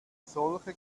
solche